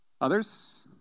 Others